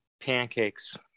Pancakes